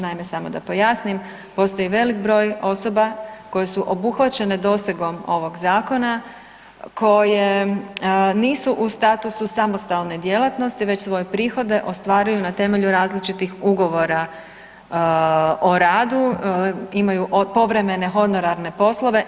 Naime, samo da pojasnim, postoji velik broj osoba koje su obuhvaćene dosegom ovog zakona koje nisu u statusu samostalne djelatnosti već svoje prihode ostvaruju na temelju različitih ugovora o radu, imaju povremene honorarne poslove.